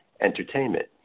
entertainment